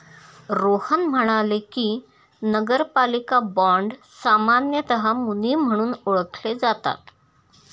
रोहन म्हणाले की, नगरपालिका बाँड सामान्यतः मुनी म्हणून ओळखले जातात